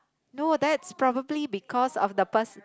no that's probably because of the person